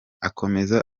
akomeza